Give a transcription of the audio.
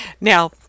Now